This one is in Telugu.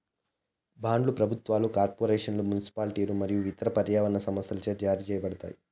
బాండ్లు ప్రభుత్వాలు, కార్పొరేషన్లు, మునిసిపాలిటీలు మరియు ఇతర పర్యావరణ సంస్థలచే జారీ చేయబడతాయి